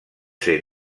ser